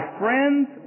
friends